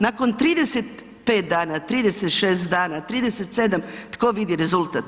Nakon 35 dana, 36 dana, 37 tko vidi rezultat?